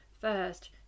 first